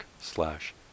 slash